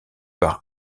par